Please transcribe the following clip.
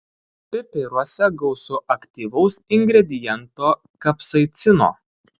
pipiruose gausu aktyvaus ingrediento kapsaicino